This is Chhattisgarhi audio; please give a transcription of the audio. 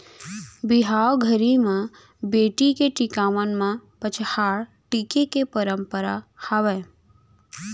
बिहाव घरी म बेटी के टिकावन म पंचहड़ टीके के परंपरा हावय